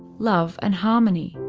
love and harmony.